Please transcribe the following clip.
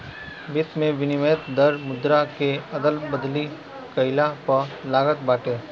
वित्त में विनिमय दर मुद्रा के अदला बदली कईला पअ लागत बाटे